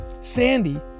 Sandy